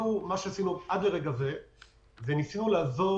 מה שעשינו עד לרגע זה זה שניסינו לעזור